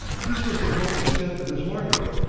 this was the whole extent of his wardrobe,